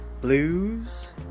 Blues